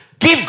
Give